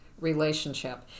relationship